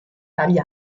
dagli